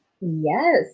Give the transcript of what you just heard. Yes